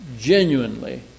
genuinely